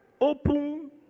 open